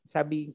Sabi